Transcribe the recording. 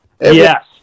yes